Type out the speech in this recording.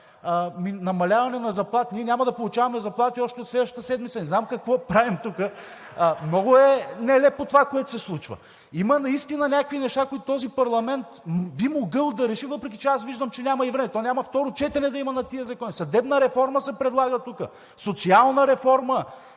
намаляване на заплати – ние няма да получаваме заплати още от следващата седмица. Не зная какво правим тук?!(Ръкопляскания от ГЕРБ-СДС.) Много е нелепо това, което се случва. Има наистина някакви неща, които този парламент би могъл да реши, въпреки че аз виждам, че няма време. То няма да има второ четене на тези закони! Съдебна реформа се предлага тук, социална реформа,